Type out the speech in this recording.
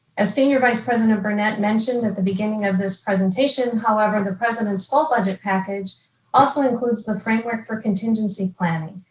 as senior vice president burnett mentioned at the beginning of this presentation, however, the president's full budget package also includes the framework for contingency planning.